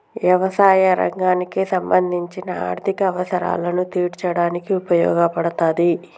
యవసాయ రంగానికి సంబంధించిన ఆర్ధిక అవసరాలను తీర్చడానికి ఉపయోగపడతాది